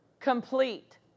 complete